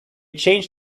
changed